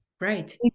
Right